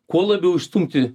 kuo labiau išstumti